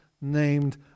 named